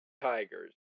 Tigers